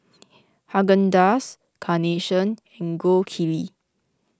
Haagen Dazs Carnation and Gold Kili